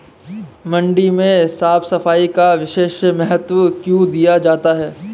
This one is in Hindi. मंडी में साफ सफाई का विशेष महत्व क्यो दिया जाता है?